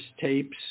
tapes